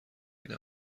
این